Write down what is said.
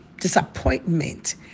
disappointment